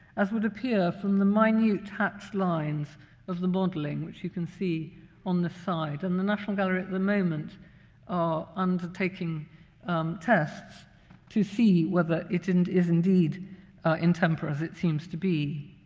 as would appear from the minute hatched lines of the bottling, which you can see on the side. and the national gallery at the moment are undertaking tests to see whether it and is indeed in tempera as it seems to be.